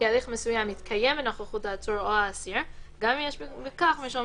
כי הליך מסוים יתקיים בנוכחות העצור או האסיר גם אם יש בכך משום